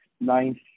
ninth